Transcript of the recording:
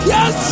Yes